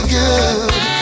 good